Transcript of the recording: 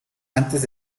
antes